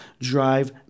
Drive